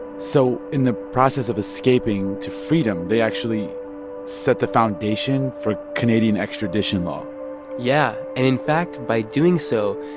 so in the process of escaping to freedom, they actually set the foundation for canadian extradition law yeah, and in fact, by doing so,